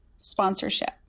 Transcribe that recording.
Sponsorship